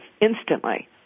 instantly